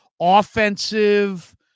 offensive